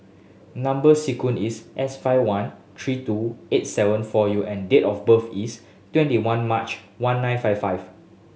number sequence is S five one three two eight seven four U and date of birth is twenty one March one nine five five